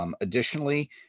Additionally